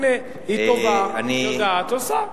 הנה, היא טובה, יודעת, עושה.